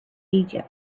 egypt